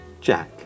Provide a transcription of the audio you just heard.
Jack